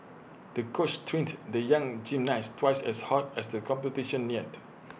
the coach trained the young gymnast twice as hard as the competition neared